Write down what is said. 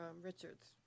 Richards